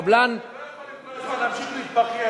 אתה לא יכול כל הזמן להמשיך להתבכיין.